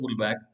pullback